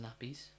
nappies